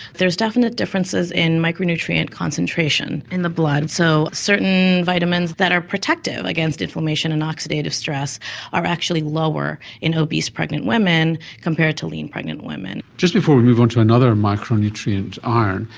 there are definite differences in micronutrient concentration in the blood. so certain vitamins that are protective against inflammation and oxidative stress are actually lower in obese pregnant women compared to lean pregnant women. just before we move on to another micronutrient, ah iron,